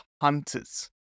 hunters